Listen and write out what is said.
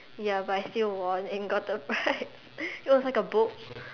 ya but I still won and got a prize it was like a book